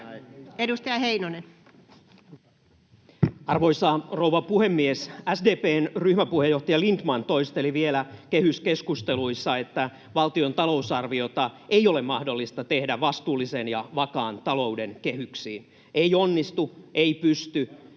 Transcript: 14:56 Content: Arvoisa rouva puhemies! SDP:n ryhmäpuheenjohtaja Lindtman toisteli vielä kehyskeskusteluissa, että valtion talousarviota ei ole mahdollista tehdä vastuullisen ja vakaan talouden kehyksiin. Ei onnistu, ei pysty